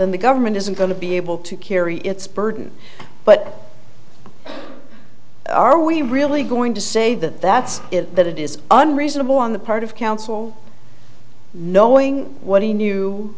then the government isn't going to be able to carry its burden but are we really going to say that that's it that it is unreasonable on the part of counsel knowing what he knew